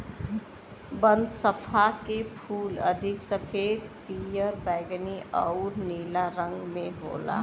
बनफशा के फूल अधिक सफ़ेद, पियर, बैगनी आउर नीला रंग में होला